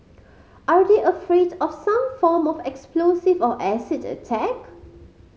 are they afraid of some form of explosive or acid attack